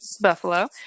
Buffalo